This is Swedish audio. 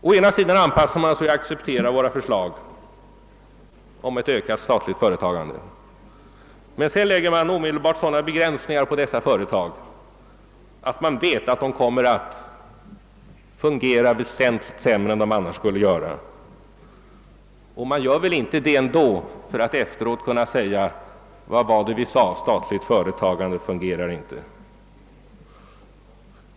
Å ena sidan anpassar man sig och accepterar våra förslag om ett ökat statligt företagande, men å andra sidan lägger man sedan omedelbart sådana begränsningar på dessa företag att man bestämt vet att de kommer att fungera sämre än vad de annars skulle göra. Och man gör väl ändå inte detta för att efteråt kunna säga: Vad var det vi sade; ett statligt företagande fungerar inte.